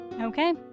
Okay